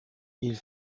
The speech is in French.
ils